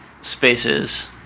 spaces